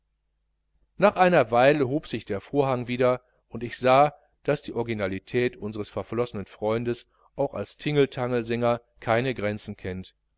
nach einer weile hob sich der vorhang wieder und ich sah daß die originalität unseres verflossenen freundes auch als tingeltangelsänger keine grenzen kennt